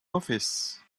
office